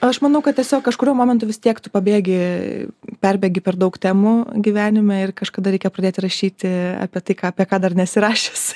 aš manau kad tiesiog kažkuriuo momentu vis tiek tu pabėgi perbėgi per daug temų gyvenime ir kažkada reikia pradėti rašyti apie tai ką apie ką dar nesi rašęs